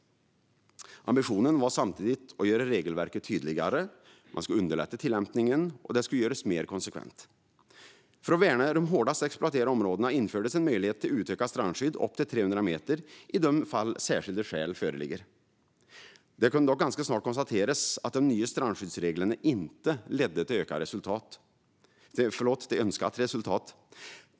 Ambitionen var samtidigt att göra regelverket tydligare och att underlätta tillämpningen och göra den mer konsekvent. För att värna de hårdast exploaterade områdena infördes en möjlighet till utökat strandskydd upp till 300 meter i de fall särskilda skäl föreligger. Det kunde dock ganska snart konstateras att de nya strandskyddsreglerna inte ledde till önskat resultat.